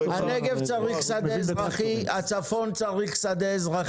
הנגב צריך שדה אזרחי, הצפון צריך שדה אזרחי.